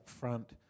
upfront